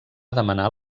demanar